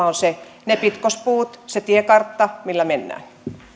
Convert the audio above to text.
on ne pitkospuut se tiekartta millä mennään